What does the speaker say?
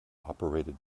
operated